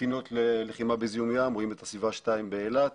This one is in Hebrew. ספינות ללחימה בזיהום ים,